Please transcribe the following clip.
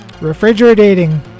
refrigerating